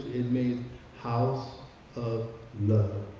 it means house of love.